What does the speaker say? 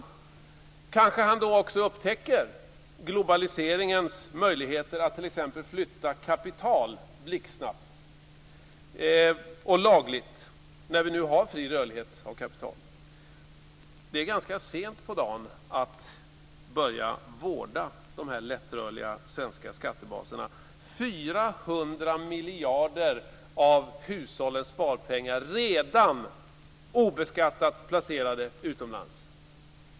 Då upptäcker han kanske också globaliseringens möjligheter att t.ex. flytta kapital blixtsnabbt och lagligt eftersom vi nu har fri rörlighet för kapital. Det är ganska sent på dagen att nu börja vårda de här lättrörliga svenska skattebaserna. Redan nu är 400 miljarder av hushållens sparpengar obeskattat placerade utomlands.